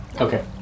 Okay